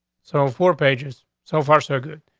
so four pages so far, so good.